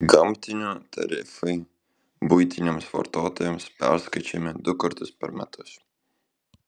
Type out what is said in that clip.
gamtinių tarifai buitiniams vartotojams perskaičiuojami du kartus per metus